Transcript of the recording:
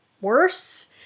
worse